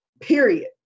period